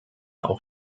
auch